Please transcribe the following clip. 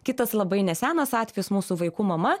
kitas labai nesenas atvejis mūsų vaikų mama